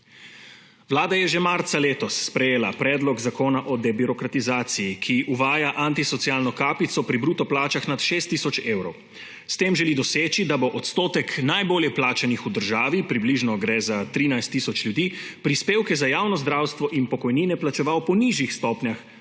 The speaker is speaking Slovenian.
Vlada je že marca letos sprejela Predlog zakona o debirokratizaciji, ki uvaja antisocialno kapico pri bruto plačah nad 6 tisoč evrov. S tem želi doseči, da bo odstotek najbolje plačanih v državi, približno gre za 13 tisoč ljudi, prispevke za javno zdravstvo in pokojnine plačeval po nižjih stopnjah